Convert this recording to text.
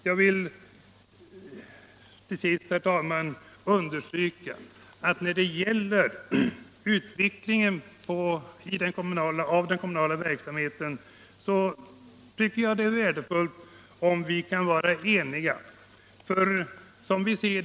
Jag vill till sist, herr talman, understryka att det för utvecklingen av den kommunala verksamheten är värdefullt, om vi kan vara eniga i dessa frågor.